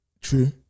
True